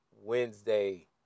Wednesday